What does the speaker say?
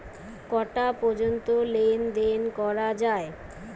কটা পর্যন্ত লেন দেন করা য়ায়?